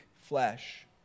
flesh